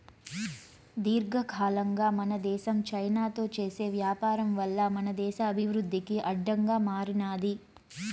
దీర్ఘకాలంగా మన దేశం చైనాతో చేసే వ్యాపారం వల్ల మన దేశ అభివృద్ధికి అడ్డంగా మారినాది